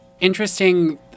interesting